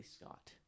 Scott